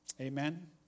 Amen